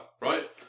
right